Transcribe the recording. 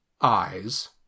eyes